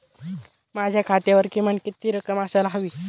माझ्या खात्यावर किमान किती रक्कम असायला हवी?